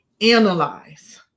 analyze